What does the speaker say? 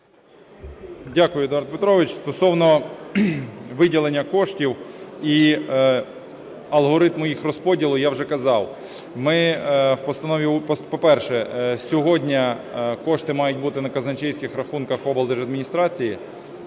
Дякую, Едуард Петрович. Стосовно виділення коштів і алгоритму їх розподілу я вже казав. По-перше, сьогодні кошти мають бути на казначейських рахунках облдержадміністрацій.